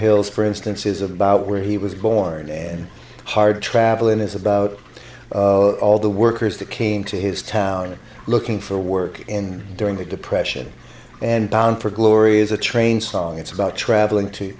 hills for instance is about where he was born and hard travelin is about all the workers that came to his town looking for work and during the depression and bound for glory is a train song it's about traveling